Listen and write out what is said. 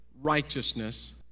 righteousness